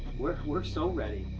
we're we're so ready.